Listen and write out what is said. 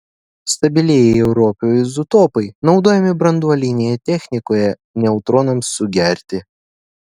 stabilieji europio izotopai naudojami branduolinėje technikoje neutronams sugerti